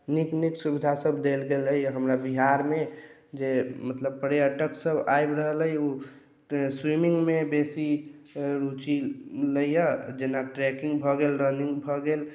नीक नीक सुविधा सब देल गेलैया हमरा बिहार मे जे मतलब पर्यटक सब आबि रहले यऽ से स्विमिंग मे बेसी रुचि लै यऽ जेना ट्रैकिंग भऽ गेल रनिंग भऽ गेल